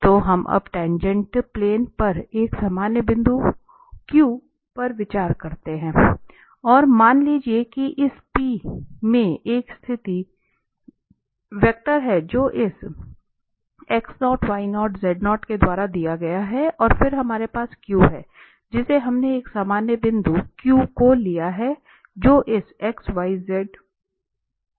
तो हम अब टाँगेँट प्लेन पर एक सामान्य बिंदु Q पर विचार करते हैं और मान लीजिए कि इस P में एक स्थिति वेक्टर है जो इस के द्वारा दिया गया है और फिर हमारे पास Q है जिसे हमने एक सामान्य बिंदु Q को लिया है जो इस xyz द्वारा दिया जा सकता है